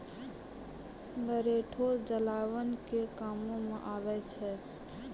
लरैठो जलावन के कामो मे आबै छै